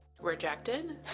rejected